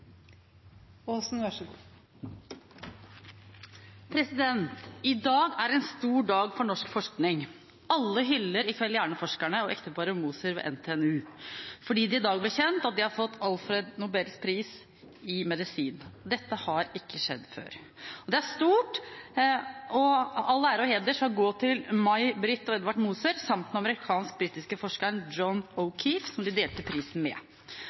enkeltmennesket seg. Så viktige var ikke de hverdagslige utfordringene. I dag er en stor dag for norsk forskning. Alle hyller i kveld hjerneforskerne og ekteparet Moser ved NTNU, fordi det i dag ble kjent at de har fått Alfred Nobels pris i medisin. Dette har ikke skjedd før. Det er stort, og all ære og heder skal gå til May-Britt og Edvard Moser, samt den amerikansk-britiske forskeren John O’Keefe, som de deler prisen med.